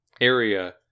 area